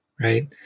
Right